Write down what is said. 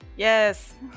Yes